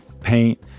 paint